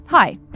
Hi